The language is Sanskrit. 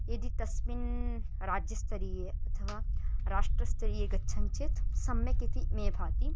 यदि तस्मिन् राज्यस्तरीये अथवा राष्ट्रस्तरीये गच्छन् चेत् सम्यक् इति मे भाति